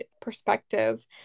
perspective